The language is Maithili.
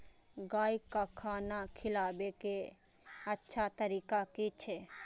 गाय का खाना खिलाबे के अच्छा तरीका की छे?